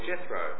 Jethro